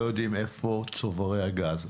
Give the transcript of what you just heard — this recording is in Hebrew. לא יודעים איפה צוברי הגז.